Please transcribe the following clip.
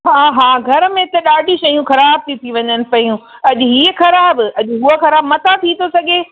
हा हा घर में त ॾाढियूं शयूं ख़राबु थियूं थी वञनि पेयूं अॼु हीअं ख़राबु अॼु हूअं ख़राबु मतां थी थो सघे